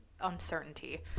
uncertainty